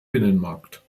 binnenmarkt